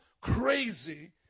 crazy